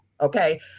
Okay